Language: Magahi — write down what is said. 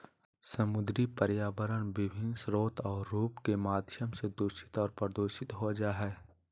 समुद्री पर्यावरण विभिन्न स्रोत और रूप के माध्यम से दूषित और प्रदूषित हो जाय हइ